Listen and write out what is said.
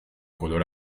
color